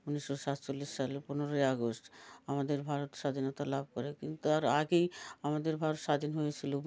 উনিশশো সাতচল্লিশ সালে পনেরোই আগস্ট আমাদের ভারত স্বাধীনতা লাভ করে কিন্তু তার আগেই আমাদের ভারত স্বাধীন হয়েছিল